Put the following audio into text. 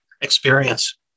experience